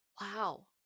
Wow